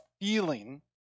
feeling